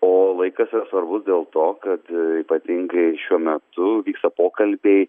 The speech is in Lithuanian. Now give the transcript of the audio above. o laikas yra svarbus dėl to kad ypatingai šiuo metu vyksta pokalbiai